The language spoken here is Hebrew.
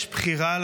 לממשלה יש בחירה,